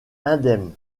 indemne